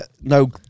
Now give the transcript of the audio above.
No